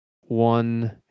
one